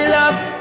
love